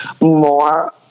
more